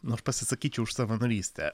nu aš pasisakyčiau už savanorystę